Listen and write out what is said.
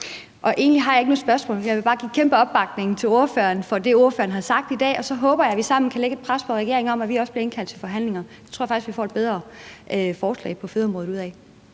på. Egentlig har jeg ikke noget spørgsmål, men jeg vil bare give en kæmpe opbakning til det, ordføreren har sagt i dag, og så håber jeg, at vi sammen kan lægge et pres på regeringen, så vi også bliver indkaldt til forhandlinger. Det tror jeg faktisk vi får et bedre forslag på fødeområdet ud af.